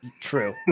True